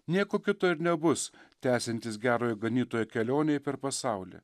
nieko kito ir nebus tęsiantis gerojo ganytojo kelionei per pasaulį